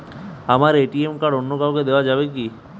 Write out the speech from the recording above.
আমার ATM card অন্য কাউকে দেওয়া যাবে কি?